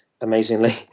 amazingly